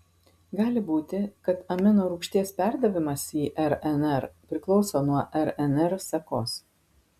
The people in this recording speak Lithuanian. gali būti kad aminorūgšties perdavimas į rnr priklauso nuo rnr sekos